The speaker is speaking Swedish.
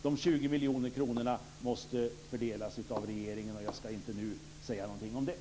De 20 miljoner kronorna måste fördelas av regeringen. Jag skall inte nu säga något om det.